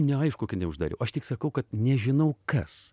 ne aišku kad neuždariau aš tik sakau kad nežinau kas